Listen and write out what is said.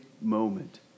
moment